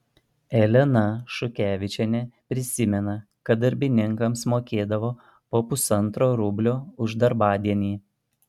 elena šukevičienė prisimena kad darbininkams mokėdavo po pusantro rublio už darbadienį